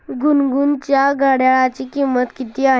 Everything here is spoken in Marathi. गुनगुनच्या घड्याळाची किंमत किती आहे?